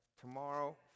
Tomorrow